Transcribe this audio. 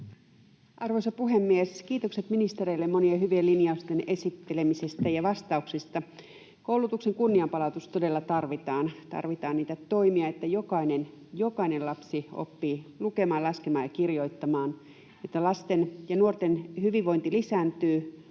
Arvoisa puhemies! Kiitokset ministereille monien hyvien linjausten esittelemisestä ja vastauksista. Koulutuksen kunnianpalautus todella tarvitaan. Tarvitaan niitä toimia, että jokainen lapsi oppii lukemaan, laskemaan ja kirjoittamaan, että lasten ja nuorten hyvinvointi lisääntyy,